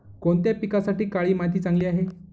कोणत्या पिकासाठी काळी माती चांगली आहे?